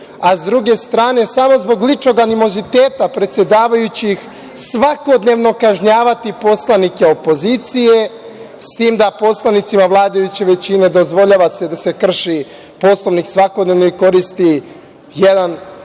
a s druge strane, samo zbog ličnog animoziteta predsedavajućih svakodnevno kažnjavati poslanike opozicije, s tim da poslanicima vladajuće većine dozvoljava se da se krši Poslovnik svakodnevno i koristi jedan